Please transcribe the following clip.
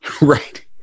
Right